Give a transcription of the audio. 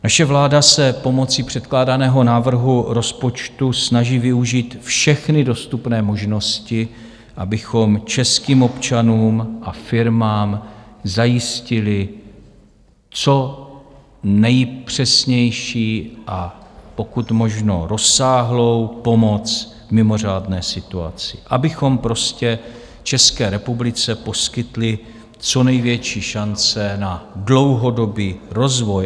Naše vláda se pomocí předkládaného návrhu rozpočtu snaží využít všechny dostupné možnosti, abychom českým občanům a firmám zajistili co nejpřesnější a pokud možno rozsáhlou pomoc v mimořádné situaci, abychom prostě České republice poskytli co největší šance na dlouhodobý rozvoj.